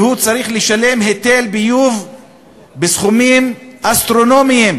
צריך לשלם היטל ביוב בסכומים אסטרונומיים,